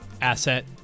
asset